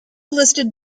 listed